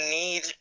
need